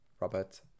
Robert